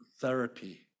therapy